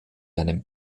einem